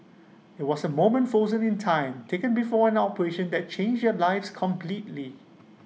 IT was A moment frozen in time taken before an operation that changed their lives completely